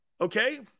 Okay